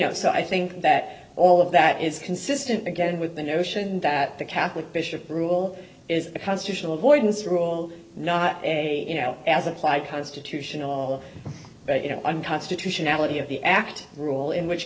know so i think that all of that is consistent again with the notion that the catholic bishops rule is a constitutional avoidance rule not a you know as applied constitutional but you know i'm constitutionality of the act rule in which